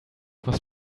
was